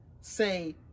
say